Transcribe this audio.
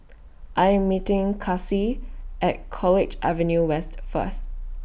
I Am meeting Kaci At College Avenue West First